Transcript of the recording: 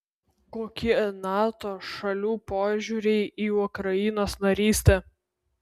kokie nato šalių požiūriai į ukrainos narystę